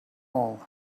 all